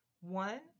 One